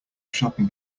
shopping